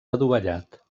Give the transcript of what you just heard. adovellat